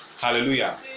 hallelujah